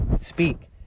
speak